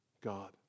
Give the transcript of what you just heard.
God